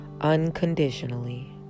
unconditionally